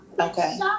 okay